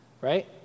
Right